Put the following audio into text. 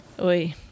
oi